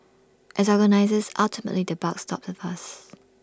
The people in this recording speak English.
as organisers ultimately the buck stops with us